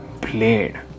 played